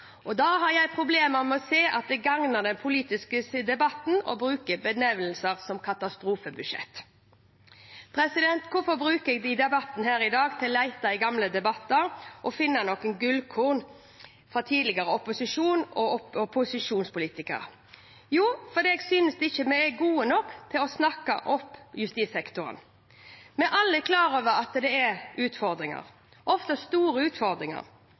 og da har jeg problemer med å se at det gagner den politiske debatten å bruke benevnelsen katastrofebudsjett.» Hvorfor bruker jeg debatten her i dag til å lete i gamle debatter og finne noen gullkorn fra tidligere opposisjons- og posisjonspolitikere? Jo, fordi jeg synes vi ikke er gode nok til å snakke opp justissektoren. Vi er alle klar over at det er utfordringer, ofte store utfordringer,